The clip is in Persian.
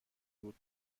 بود